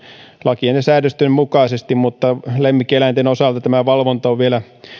lakien ja säädösten mukaisesti mutta lemmikkieläinten osalta valvonta on vielä